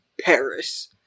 Paris